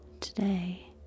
Today